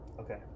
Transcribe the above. Okay